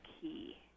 key